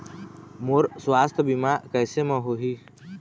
मोर सुवास्थ बीमा कैसे म होही?